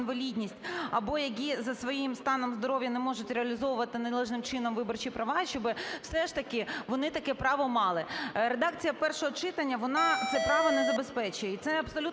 або які за своїм станом здоров'я не можуть реалізовувати належним чином виборчі права, щоб все ж таки вони таке право мали. Редакція першого читання вона це право не забезпечує,